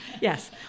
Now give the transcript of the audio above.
Yes